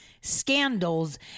scandals